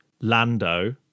Lando